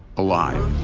alive